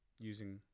using